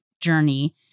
journey